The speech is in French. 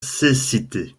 cécité